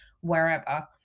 wherever